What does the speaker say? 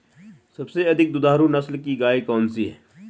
सबसे अधिक दुधारू नस्ल की गाय कौन सी है?